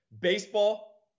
Baseball